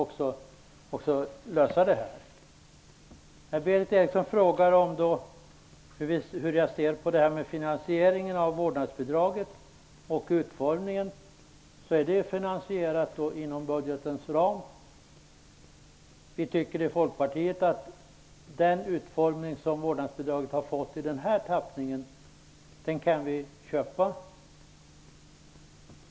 Berith Eriksson frågade hur jag ser på finansieringen och utformningen av vårdnadsbidraget. Det är finansierat inom budgetens ram. Vi i Folkpartiet tycker att vi kan köpa den utformning som vårdnadsbidraget har fått i den här tappningen.